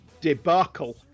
debacle